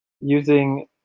Using